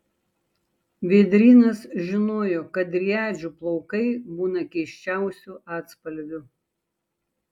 vėdrynas žinojo kad driadžių plaukai būna keisčiausių atspalvių